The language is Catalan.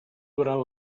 durant